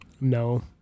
No